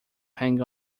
hang